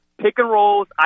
pick-and-rolls